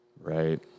Right